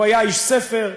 הוא היה איש ספר,